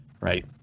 right